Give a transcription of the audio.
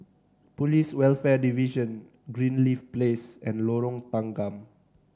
Police Welfare Division Greenleaf Place and Lorong Tanggam